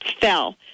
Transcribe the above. fell